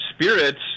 Spirits